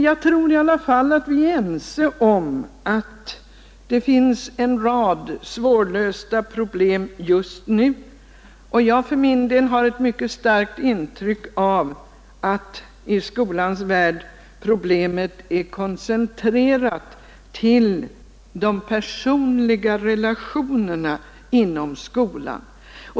Jag tror i alla fall vi är ense om att det finns en rad svårlösta problem just nu. Jag för min del har ett mycket starkt intryck av att i skolans värld problemet är koncentrerat till de personliga relationerna inom skolan.